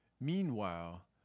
Meanwhile